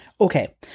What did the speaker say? Okay